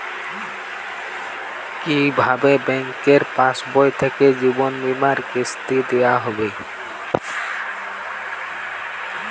কি ভাবে ব্যাঙ্ক পাশবই থেকে জীবনবীমার কিস্তি দেওয়া হয়?